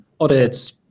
audits